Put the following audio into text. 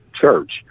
church